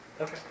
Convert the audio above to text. Okay